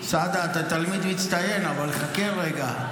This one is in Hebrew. סעדה, אתה תלמיד מצטיין, אבל חכה רגע.